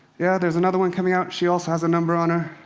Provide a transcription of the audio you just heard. yeah there's another one coming out, she also has a number on her.